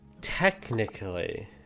technically